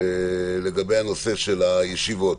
לגבי הנושא של הישיבות,